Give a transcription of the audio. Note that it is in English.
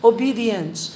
Obedience